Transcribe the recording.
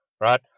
right